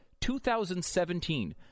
2017